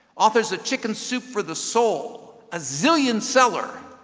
authors of chicken soup for the soul, a zillion seller.